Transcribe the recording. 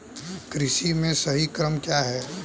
कृषि में सही क्रम क्या है?